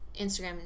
Instagram